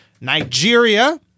nigeria